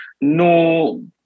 no